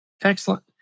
Excellent